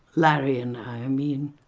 larry and i, i mean,